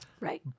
Right